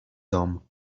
dom